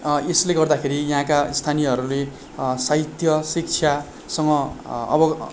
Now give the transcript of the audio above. यसले गर्दाखेरि यहाँका स्थानीयहरूले साहित्य शिक्षासँग अब